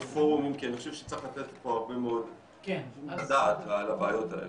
פורומים כי אני חושב שצריך לתת פה הרבה מאוד דעת על הבעיות האלה.